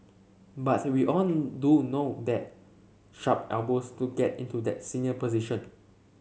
but we all do no that sharp elbows to get into that senior position